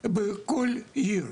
בכל עיר,